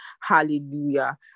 hallelujah